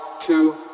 two